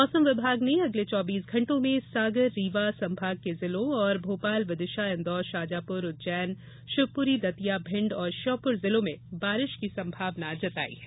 मौसम विभाग ने अगले चौबीस घण्टों में सागर रीवा संभाग के जिलों और भोपाल विदिशा इंदौर शाजापुर उज्जैन शिवपुरी दतिया भिण्ड और श्योपुर जिलों में बारिश की संभावना जताई है